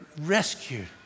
rescued